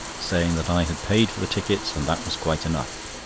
saying that i had paid for the tickets and that was quite enough.